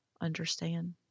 understand